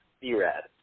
B-Rad